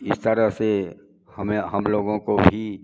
इस तरह से हमें हम लोगों को भी